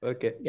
Okay